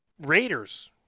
Raiders